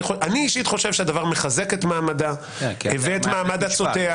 אני אישית חושב שהדבר מחזק את מעמדה ואת מעמד עצותיה